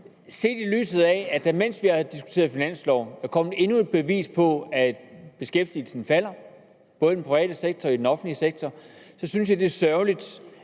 Set i lyset af, at der, mens vi har diskuteret finansloven, er kommet endnu et bevis på, at beskæftigelsen falder, både i den private sektor og i den offentlige sektor, synes jeg, at det er sørgeligt,